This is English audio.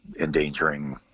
endangering